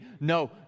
No